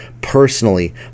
personally